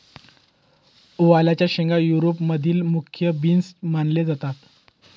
वालाच्या शेंगा युरोप मधील मुख्य बीन्स मानल्या जातात